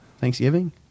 Thanksgiving